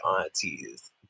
aunties